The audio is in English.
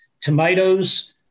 Tomatoes